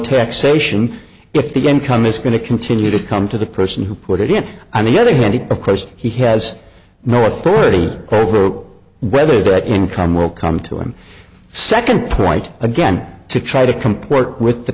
taxation if the income is going to continue to come to the person who put it on the other hand of course he has no authority over whether that income will come to him second point again to try to